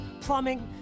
plumbing